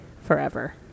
forever